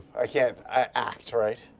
i can't act, right?